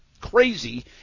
crazy